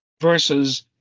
versus